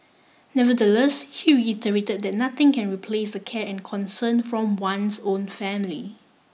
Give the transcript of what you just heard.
nevertheless he reiterate that nothing can replace the care and concern from one's own family